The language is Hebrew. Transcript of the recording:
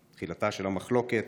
תחילתה של המחלוקת,